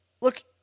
Look